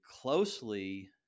closely